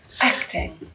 Acting